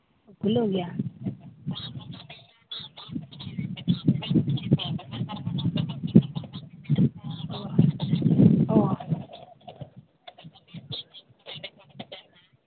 ᱠᱷᱩᱞᱟᱹᱣ ᱜᱮᱭᱟ ᱚᱸᱻ